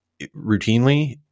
routinely